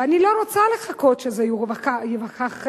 ואני לא רוצה לחכות שזה יוכח ב-100%,